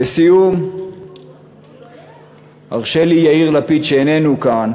לסיום, הרשה לי, יאיר לפיד, שאיננו כאן,